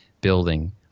building